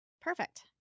perfect